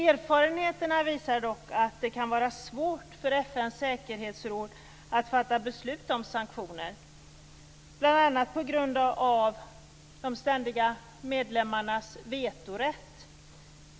Erfarenheterna visar dock att det kan vara svårt för FN:s säkerhetsråd att fatta beslut om sanktioner, bl.a. på grund av de ständiga medlemmarnas vetorätt.